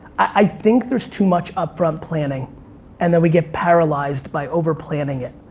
i think there's too much upfront planning and that we get paralyzed by over-planning it.